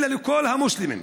אלא לכל המוסלמים,